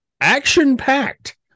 action-packed